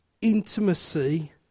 intimacy